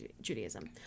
Judaism